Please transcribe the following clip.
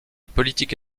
politique